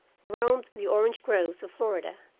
roamed the orange groves of florida,